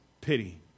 pity